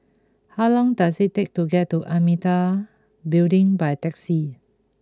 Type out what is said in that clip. how long does it take to get to Amitabha Building by taxi